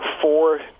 four